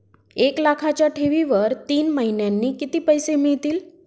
एक लाखाच्या ठेवीवर तीन महिन्यांनी किती पैसे मिळतील?